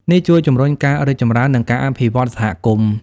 នេះជួយជំរុញការរីកចម្រើន និងការអភិវឌ្ឍសហគមន៍។